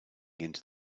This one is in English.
into